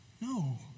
No